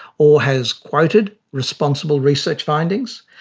or has quoted responsible research findings.